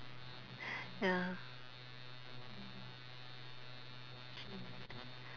ya